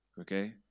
Okay